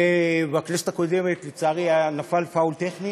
ובכנסת הקודמת לצערי נפל פאול טכני